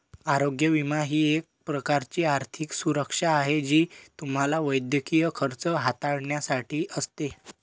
आरोग्य विमा ही एक प्रकारची आर्थिक सुरक्षा आहे जी तुम्हाला वैद्यकीय खर्च हाताळण्यासाठी असते